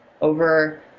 over